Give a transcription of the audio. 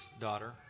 daughter